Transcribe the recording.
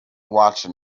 watched